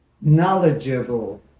knowledgeable